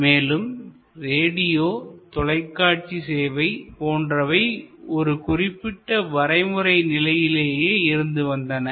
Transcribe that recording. மேலும் ரேடியோ தொலைக்காட்சி சேவை போன்றவை ஒரு குறிப்பிட்ட வரைமுறை நிலையிலேயே இருந்துவந்தன